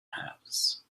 halves